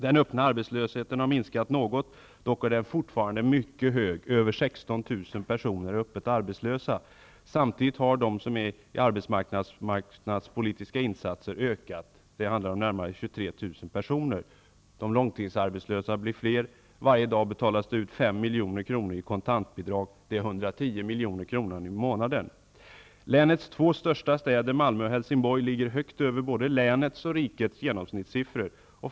Den öppna arbetslösheten har minskat något, dock är den fortfarande mycket hög. Över 16 000 personer är öppet arbetslösa. Samtidigt har antalet personer inom arbetsmarknadspolitiska insatser ökat. Det handlar om närmare 23 000 personer. De långtidsarbetslösa blir fler. Varje dag utbetalas 5 milj.kr. i kontantbidrag. Det blir 110 milj.kr. i månaden. Länets två största städer, Malmö och Helsingborg, ligger högt över både länets och rikets genomsnittssiffror.